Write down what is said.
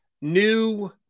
New